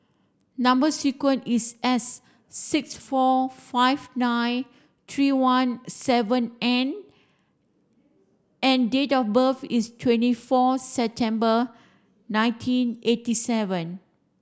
number sequence is S six four five nine three one seven N and date of birth is twenty four September nineteen eighty seven